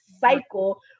cycle